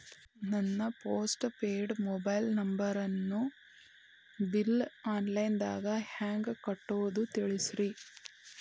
ನನ್ನ postpaid mobile ನಂಬರನ್ನು bill online ದಾಗ ಹೆಂಗ್ ಕಟ್ಟೋದು ತಿಳಿಸ್ರಿ